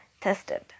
tested